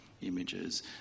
images